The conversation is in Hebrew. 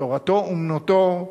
"תורתו אומנותו"